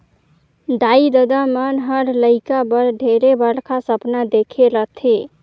दाई ददा मन हर लेइका बर ढेरे बड़खा सपना देखे रथें